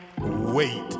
wait